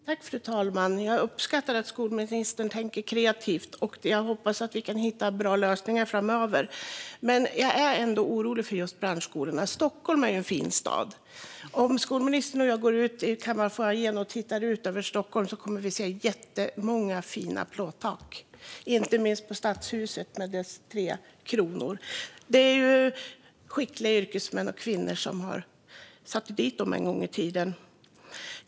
Fru talman! Jag uppskattar att skolministern tänker kreativt. Jag hoppas att vi kan hitta bra lösningar framöver, men jag är ändå orolig för just branschskolorna. Stockholm är en fin stad. Om skolministern och jag går ut i kammarfoajén och tittar ut över Stockholm kommer vi att se jättemånga fina plåttak, inte minst på Stadshuset med dess tre kronor. Det är skickliga yrkesmän och yrkeskvinnor som har satt dit dem en gång i tiden.